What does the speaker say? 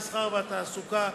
המסחר והתעסוקה,